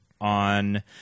on